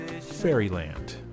Fairyland